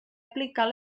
aplicar